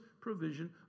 provision